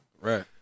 Right